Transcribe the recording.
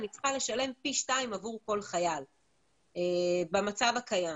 אני צריכה לשלם פי 2 עבור כל חייל במצב הקיים.